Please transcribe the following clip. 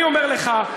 אני אומר לך,